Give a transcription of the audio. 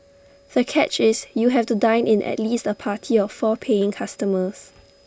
the catch is you have to dine in at least A party of four paying customers